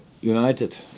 United